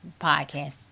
podcast